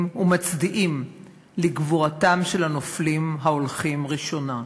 ומצדיעים לגבורתם של הנופלים ההולכים ראשונה.